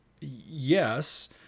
yes